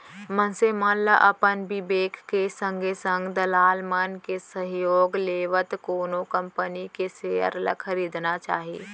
मनसे मन ल अपन बिबेक के संगे संग दलाल मन के सहयोग लेवत कोनो कंपनी के सेयर ल खरीदना चाही